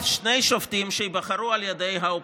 שני שופטים שייבחרו על ידי האופוזיציה,